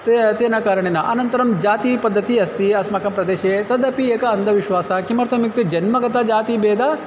ते तेन कारणेन अनन्तरं जातिपद्धतिः अस्ति अस्माकं प्रदेशे तदपि एकः अन्धविश्वासः किमर्थम् इत्युक्ते जन्मगतः जातिभेदः